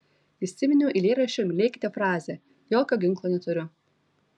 įsiminiau eilėraščio mylėkite frazę jokio ginklo neturiu